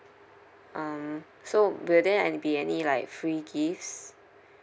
um so will there an~ be any like free gifts